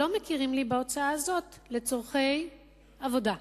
לא מכירים לי בהוצאה הזאת לצורכי עבודה,